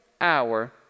hour